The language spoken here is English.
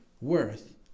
worth